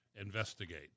investigate